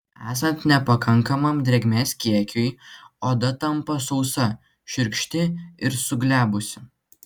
esant nepakankamam drėgmės kiekiui oda tampa sausa šiurkšti ir suglebusi